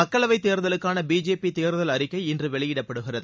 மக்களவை தேர்தலுக்கான பிஜேபி தேர்தல் அறிக்கை இன்று வெளியிடப்படுகிறது